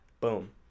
Boom